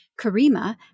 Karima